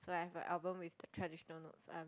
so I have a album with the traditional notes I'm